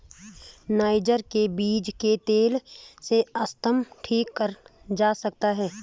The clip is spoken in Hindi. नाइजर के बीज के तेल से अस्थमा ठीक करा जा सकता है